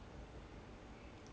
saya tak nak jadi materialistic